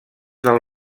del